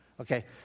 Okay